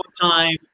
time